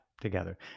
together